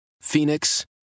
Phoenix